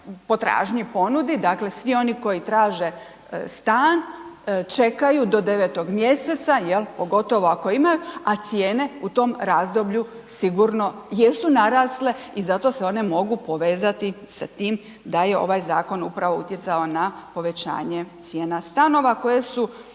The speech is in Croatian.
potražnji i ponudi, dakle, svi oni koji traže stan čekaju do 9. mj. pogotovo ako imaju, a cijene u tom razdoblju sigurno jesu narasle i zato se one mogu povezati sa tim da je ovaj zakon upravo utjecao na povećanje cijena stanova koje su,